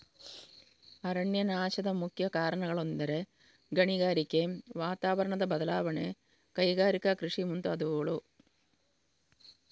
ಅರಣ್ಯನಾಶದ ಮುಖ್ಯ ಕಾರಣಗಳೆಂದರೆ ಗಣಿಗಾರಿಕೆ, ವಾತಾವರಣದ ಬದಲಾವಣೆ, ಕೈಗಾರಿಕಾ ಕೃಷಿ ಮುಂತಾದವುಗಳು